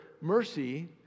mercy